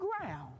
ground